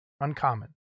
uncommon